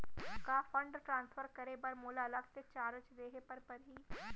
का fund transfer करे बर मोला अलग से चार्ज देहे बर परही?